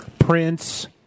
Prince